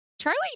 Charlie